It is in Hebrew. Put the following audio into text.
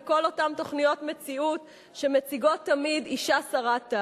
וכל אותן תוכניות מציאות שמציגות תמיד אשה סרת טעם.